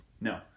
No